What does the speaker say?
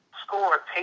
score